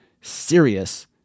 serious